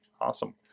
awesome